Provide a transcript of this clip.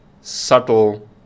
subtle